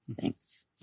Thanks